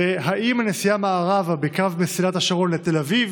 2. האם הנסיעה מערבה בקו מסילת השרון לתל אביב